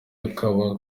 akaba